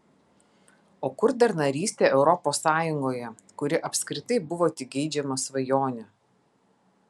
o kur dar narystė europos sąjungoje kuri apskritai buvo tik geidžiama svajonė